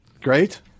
Great